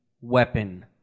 weapon